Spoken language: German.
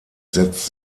setzt